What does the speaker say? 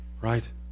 right